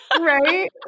Right